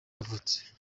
yavutse